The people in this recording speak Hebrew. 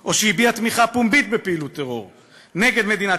או שהביע תמיכה פומבית בפעילות טרור נגד מדינת